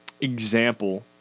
example